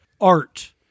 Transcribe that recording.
art